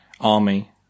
army